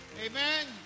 Amen